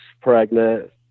pregnant